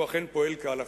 הוא אכן פועל כהלכה.